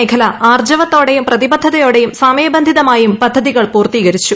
മേഖല ആർജ്ജവത്തോടെയും പ്രതിബദ്ധതയോടെയും സമയബന്ധിതമായും പദ്ധതികൾ പൂർത്തീകരിച്ചു